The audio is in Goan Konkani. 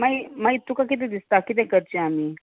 मागी मागीर तुका कितें दिसता कितें करचें आमी